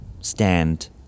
stand